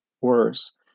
worse